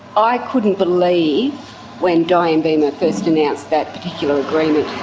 i couldn't believe when diane beamer first announced that particular agreement.